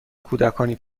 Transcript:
کودکانی